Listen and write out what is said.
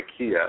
Ikea